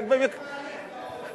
אין מה להתגאות.